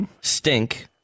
Stink